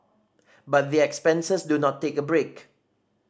but the expenses do not take a break